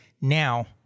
Now